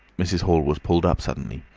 mrs. hall was pulled up suddenly.